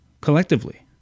collectively